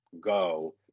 Go